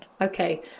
Okay